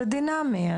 זה דינאמי.